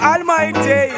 Almighty